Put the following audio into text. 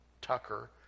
Tucker